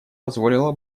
позволило